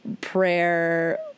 prayer